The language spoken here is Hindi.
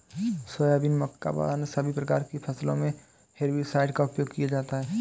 सोयाबीन, मक्का व अन्य सभी प्रकार की फसलों मे हेर्बिसाइड का उपयोग किया जाता हैं